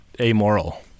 amoral